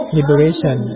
Liberation